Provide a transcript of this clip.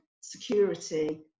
security